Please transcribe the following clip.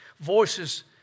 voices